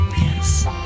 yes